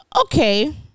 Okay